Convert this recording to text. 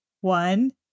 one